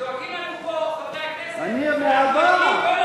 וגם טיעונים כלכליים יש למכביר, אבל נגמר הזמן.